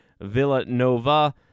Villanova